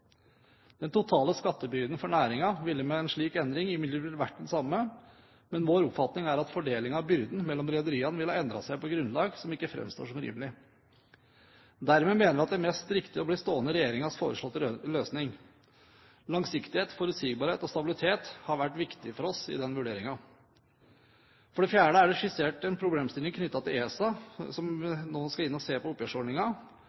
Den totale skattebyrden for næringen ville med en slik endring imidlertid vært den samme, men vår oppfatning er at fordelingen av byrden rederiene imellom ville ha endret seg på et grunnlag som ikke framstår som rimelig. Dermed mener vi det er mest riktig å bli stående ved regjeringens foreslåtte løsning. Langsiktighet, forutsigbarhet og stabilitet har vært viktig for oss i denne vurderingen. For det fjerde: Det er skissert en problemstilling knyttet til ESA, som